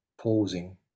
Pausing